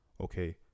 okay